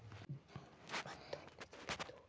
लगभग सैंतालिस प्रतिशत महिला खेत मजदूरक काज करै छै